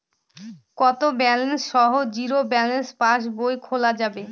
কত ব্যালেন্স সহ zero balance পাসবই খোলা যাবে?